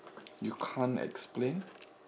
you can't explain